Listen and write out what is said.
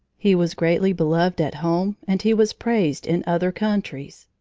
he was greatly beloved at home and he was praised in other countries.